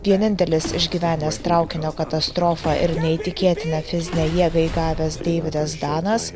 vienintelis išgyvenęs traukinio katastrofą ir neįtikėtiną fizinę jėgą įgavęs deividas danas